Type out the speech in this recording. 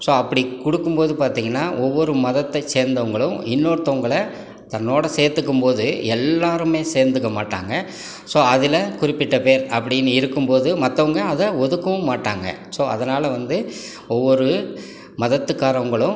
so அப்படி கொடுக்கும் போது பார்த்திங்கனா ஒவ்வொரு மதத்தை சேர்ந்தவர்களும் இன்னொருத்தவங்கள தன்னோடு சேர்த்துக்கும் போது எல்லாருமே சேர்துக்க மாட்டாங்க ஸோ அதில் குறிப்பிட்ட பேர் அப்படின்னு இருக்கும்போது மத்தவங்கள் அதை ஒதுக்கவும் மாட்டாங்க ஸோ அதனால் வந்து ஒவ்வொரு மதத்துக்காரங்களும்